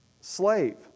slave